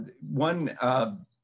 One